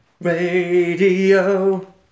Radio